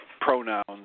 pronouns